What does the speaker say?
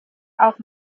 auch